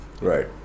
right